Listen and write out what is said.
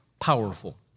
powerful